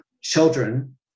children